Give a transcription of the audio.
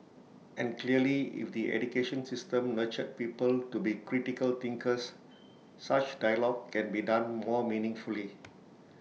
and clearly if the education system nurtured people to be critical thinkers such dialogue can be done more meaningfully